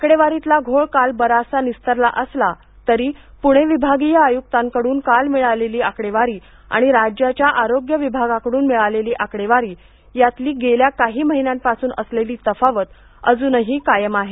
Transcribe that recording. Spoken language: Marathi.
आकडेवारीतला घोळ काल बराचसा निस्तरला असला तरी पुणे विभागिय आयक्तांकडून काल मिळालेली आकडेवारी आणि राज्याच्या आरोग्य विभागाकडून मिळालेली आकडेवारी यातली गेल्या काही महिन्यांपासून असलेली तफावत अजूनही कायम आहे